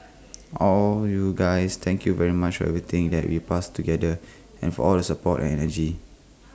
all you guys thank you very much everything that we passed together and for all the support and energy